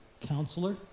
Counselor